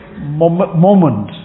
moment